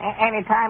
Anytime